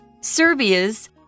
Serbia's